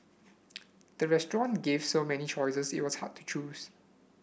the restaurant gave so many choices it was hard to choose